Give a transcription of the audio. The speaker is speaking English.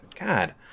god